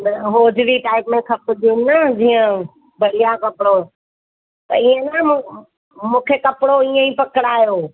ह hosiery type में खपंदियूं न जीअं बढ़िया कपिड़ो त इअं न मूंखे कपिड़ो इअं ई पकिड़ायो